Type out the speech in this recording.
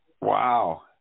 Wow